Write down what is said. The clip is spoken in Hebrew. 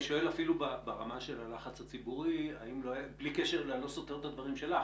אני שואל אפילו ברמה של הלחץ הציבורי ואני לא סותר את הדברים שלך